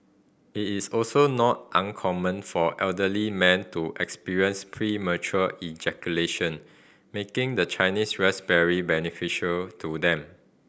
it is also not uncommon for elderly men to experience premature ejaculation making the Chinese raspberry beneficial to them